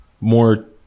more